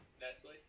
Nestle